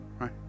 Right